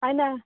होइन